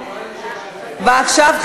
ועכשיו,